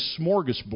smorgasbord